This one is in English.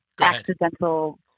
accidental